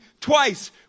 twice